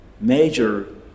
major